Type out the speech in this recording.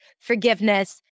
forgiveness